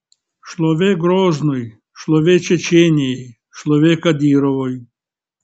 šlovė groznui šlovė čečėnijai šlovė kadyrovui